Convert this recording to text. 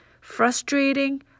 frustrating